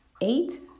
Eight